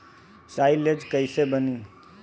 Silage कईसे बनी?